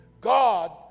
God